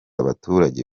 abaturage